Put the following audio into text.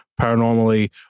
paranormally